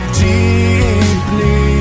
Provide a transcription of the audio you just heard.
deeply